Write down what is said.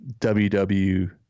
WW